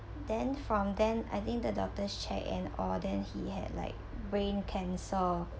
then from then I think the doctor's check and all then he had like brain cancer